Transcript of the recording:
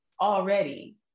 already